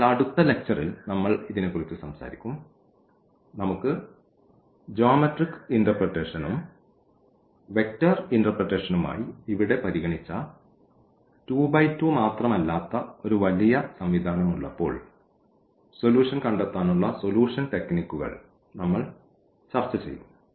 അതിനാൽ അടുത്ത ലെക്ച്ചറിൽ നമ്മൾ ഇതിനെക്കുറിച്ച് സംസാരിക്കും നമുക്ക് ജ്യോമെട്രിക് ഇന്റെർപ്രെറ്റേഷനും വെക്റ്റർ ഇന്റെർപ്രെറ്റേഷനുമായി ഇവിടെ പരിഗണിച്ച 2x2 മാത്രമല്ലാത്ത ഒരു വലിയ സംവിധാനം ഉള്ളപ്പോൾ സൊല്യൂഷൻ കണ്ടെത്താനുള്ള സൊല്യൂഷൻ ടെക്നിക്കുകൾ നമ്മൾ ചർച്ച ചെയ്യും